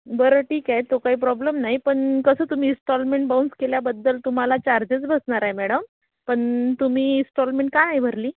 बरं ठीक आहे तो काही प्रॉब्लेम नाही पण कसं तुम्ही इस्टॉलमेंट बाऊन्स केल्याबद्दल तुम्हाला चार्जेस बसणार आहे मॅडम पण तुम्ही इस्टॉलमेंट का नाही भरली